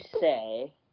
say